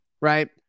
right